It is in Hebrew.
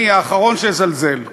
אני האחרון שיזלזל,